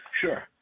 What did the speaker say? Sure